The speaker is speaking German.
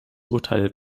urteile